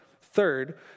Third